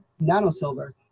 nanosilver